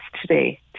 today